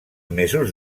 mesos